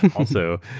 also,